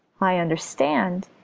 i under stand!